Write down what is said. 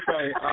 Okay